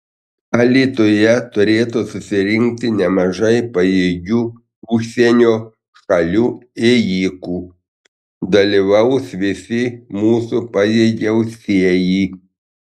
alytuje turėtų susirinkti nemažai pajėgių užsienio šalių ėjikų dalyvaus visi mūsų pajėgiausieji